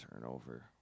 turnover